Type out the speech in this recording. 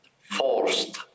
forced